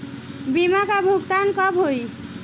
बीमा का भुगतान कब होइ?